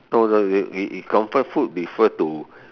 no no if if comfort food refer to